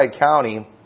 County